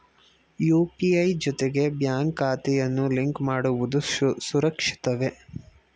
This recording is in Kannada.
ಯು.ಪಿ.ಐ ಜೊತೆಗೆ ಬ್ಯಾಂಕ್ ಖಾತೆಯನ್ನು ಲಿಂಕ್ ಮಾಡುವುದು ಸುರಕ್ಷಿತವೇ?